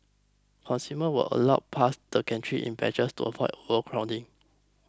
consumer were allowed past the gantries in batches to avoid overcrowding